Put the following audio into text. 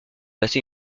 passé